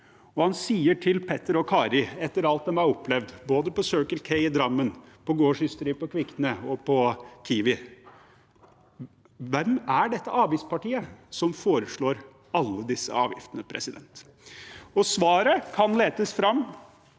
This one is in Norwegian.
Han sier til Petter og Kari – etter alt de har opplevd både på Circle K i Drammen, på gårdsysteriet i Kvikne og på Kiwi: Hvem er dette avgiftspartiet som foreslår alle disse avgiftene? Svaret kan letes fram